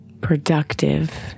productive